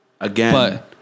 Again